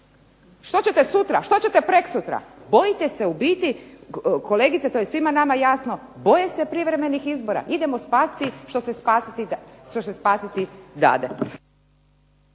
Što ćete sutra, što ćete preksutra? Bojite se u biti, kolegice to je nama svima jasno, boje se privremenih izbora. Idemo spasiti što se spasiti dade.